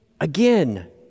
Again